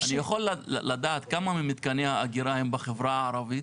אני יכול לדעת כמה ממתקני האגירה הם בחברה הערבית?